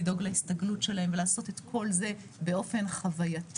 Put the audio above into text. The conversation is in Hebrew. לדאוג להסתגלות שלהם ולעשות את כל זה באופן חווייתי,